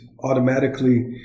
automatically